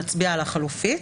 נצביע על החלופית,